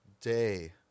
day